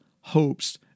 hopes